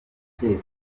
akeka